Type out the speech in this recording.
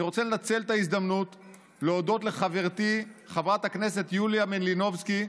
אני רוצה לנצל את ההזדמנות להודות לחברתי חברת הכנסת יוליה מלינובסקי,